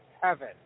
heaven